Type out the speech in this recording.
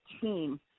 team